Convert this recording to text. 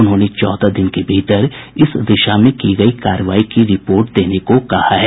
उन्होंने चौदह दिन के भीतर इस दिशा में की गई कार्रवाई की रिपोर्ट देने को कहा है